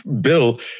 Bill